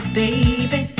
baby